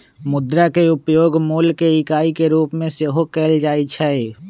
मुद्रा के उपयोग मोल के इकाई के रूप में सेहो कएल जाइ छै